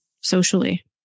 socially